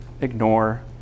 ignore